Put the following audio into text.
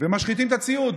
ומשחיתים את הציוד.